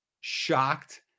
shocked